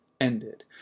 ended